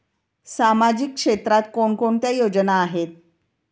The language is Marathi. सामाजिक क्षेत्रात कोणकोणत्या योजना आहेत?